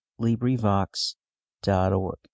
librivox.org